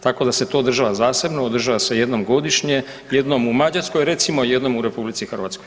Tako da se to održava zasebno, održava se jednom godišnje, jednom u Mađarskoj recimo, jednom u RH.